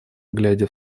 глядя